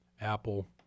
Apple